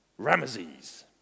Ramesses